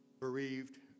bereaved